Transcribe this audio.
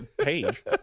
page